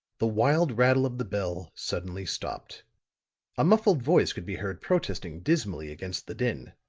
the wild rattle of the bell suddenly stopped a muffled voice could be heard protesting dismally against the din.